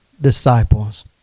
disciples